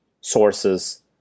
sources